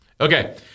Okay